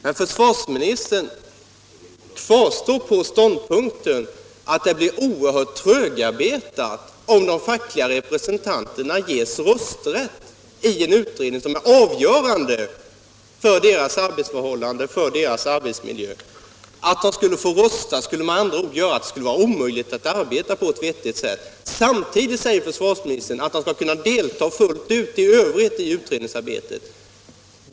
Herr försvarsministern kvarstår på ståndpunkten att det blir oerhört trögarbetat om de fackliga representanterna ges rösträtt i en utredning som är avgörande för deras arbetsförhållanden och arbetsmiljö. Att de skulle få rösta skulle med andra ord göra det omöjligt att arbeta på vettigt sätt. Samtidigt säger försvarsministern att de skall kunna delta fullt ut i övrigt i utredningsarbetet.